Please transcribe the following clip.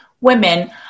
women